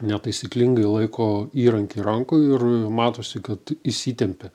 netaisyklingai laiko įrankį rankoj ir matosi kad įsitempia